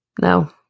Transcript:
No